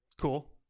Cool